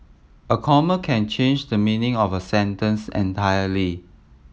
a comma can change the meaning of a sentence entirely